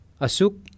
asuk